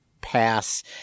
pass